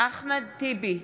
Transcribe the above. אחמד טיבי,